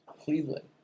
Cleveland